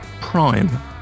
prime